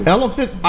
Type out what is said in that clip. Elephant